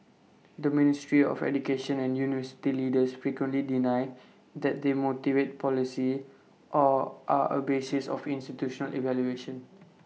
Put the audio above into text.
the ministry of education and university leaders frequently deny that they motivate policy or are A basis of institutional evaluation